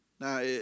Now